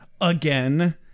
again